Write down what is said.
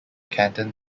canton